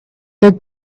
the